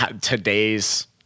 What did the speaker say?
today's